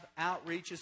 outreaches